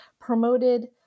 promoted